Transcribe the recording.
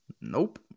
Nope